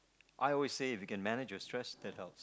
I always say if you can manage your stress that helps